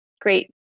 great